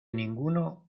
ninguno